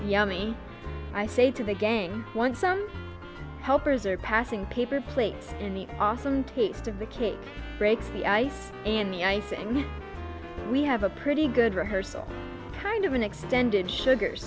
yummy i say to the gang one some helpers are passing paper plates and the awesome taste of the cake breaks the ice and the ice and we have a pretty good rehearsal kind of an extended sugars